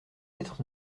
être